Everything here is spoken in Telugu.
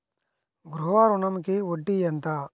గృహ ఋణంకి వడ్డీ ఎంత?